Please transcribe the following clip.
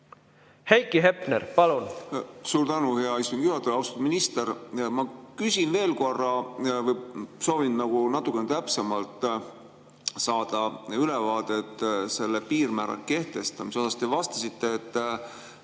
Heiki Hepner, palun!